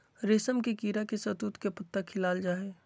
रेशम के कीड़ा के शहतूत के पत्ता खिलाल जा हइ